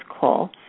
call